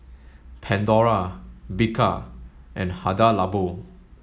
Pandora Bika and Hada Labo